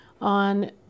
on